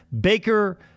Baker